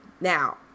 Now